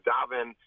Davin